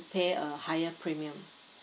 pay a higher premium